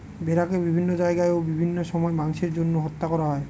ভেড়াকে বিভিন্ন জায়গায় ও বিভিন্ন সময় মাংসের জন্য হত্যা করা হয়